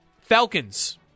Falcons